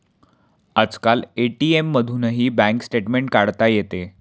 आजकाल ए.टी.एम मधूनही bank statement काढता येते